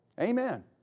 Amen